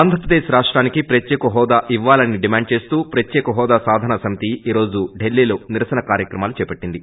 ఆంధ్రప్రదేశ్ రాష్టానికి ప్రత్యేక హోదా ఇవ్వాలని డిమాండ్ చేస్తూ ప్రత్యేక హోదా సాధనా సమితి ఈ రోజు ఢిల్లీలో నిరసన కార్యక్రమాలు చేపట్టింది